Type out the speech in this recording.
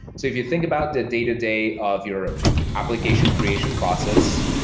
if you think about the day-to-day of your application creation process,